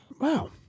Wow